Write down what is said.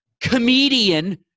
Comedian